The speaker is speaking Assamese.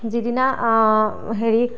যিদিনা হেৰি